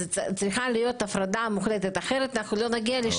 צריכה להיות הפרדה מוחלטת אחרת אנחנו לא נגיע לשוויון בכלל.